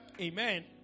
Amen